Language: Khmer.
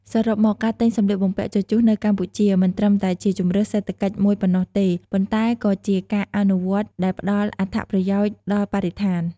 សរុបមក ការទិញសម្លៀកបំពាក់ជជុះនៅកម្ពុជា មិនត្រឹមតែជាជម្រើសសេដ្ឋកិច្ចមួយប៉ុណ្ណោះទេ ប៉ុន្តែក៏ជាការអនុវត្តន៍ដែលផ្ដល់អត្ថប្រយោជន៍ដល់បរិស្ថាន។